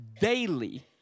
daily